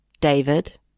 David